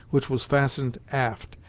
which was fastened aft,